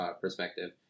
perspective